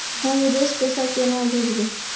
हम विदेश पैसा केना भेजबे?